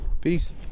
Peace